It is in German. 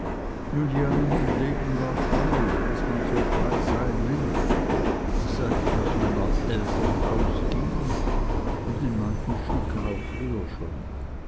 nun ja mein leben war frei was man so frei sein nennt seit ich aus meiner eltern hause ging und in manchen stücken auch früher schon